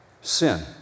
sin